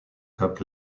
cup